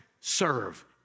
serve